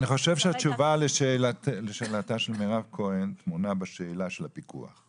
אני חושב שהתשובה לשאלתה של מירב כהן טמונה בשאלה של הפיקוח,